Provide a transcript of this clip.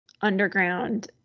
underground